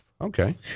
Okay